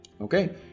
okay